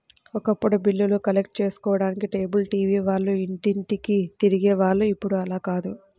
ఒకప్పుడు బిల్లులు కలెక్ట్ చేసుకోడానికి కేబుల్ టీవీ వాళ్ళు ఇంటింటికీ తిరిగే వాళ్ళు ఇప్పుడు అలా కాదు